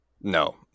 No